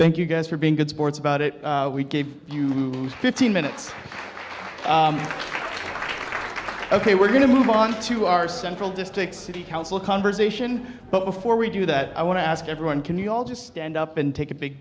thank you guys for being good sports about it we give you fifteen minutes ok we're going to move on to our central district city council conversation but before we do that i want to ask everyone can you all just stand up and take a big